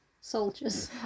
soldiers